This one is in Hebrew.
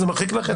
זה מרחיק לכת.